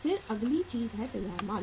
फिर अगली चीज है तैयार माल